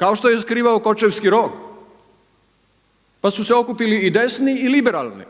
kao što je skrivao Kočevski rog, pa su se okupili i desni i liberalni